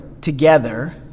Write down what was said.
together